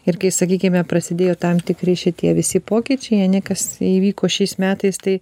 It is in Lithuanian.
ir kai sakykime prasidėjo tam tikri šitie visi pokyčiai ane kas įvyko šiais metais tai